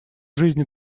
жизни